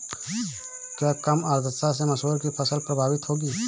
क्या कम आर्द्रता से मसूर की फसल प्रभावित होगी?